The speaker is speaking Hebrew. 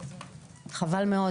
חבל מאוד